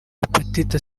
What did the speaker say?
hepatite